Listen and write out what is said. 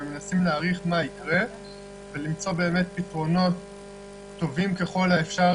מנסים להעריך מה יקרה ולמצוא באמת פתרונות טובים ככל האפשר